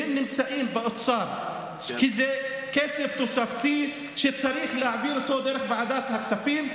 והם נמצאים באוצר כי זה כסף תוספתי שצריך להעביר דרך ועדת הכספים.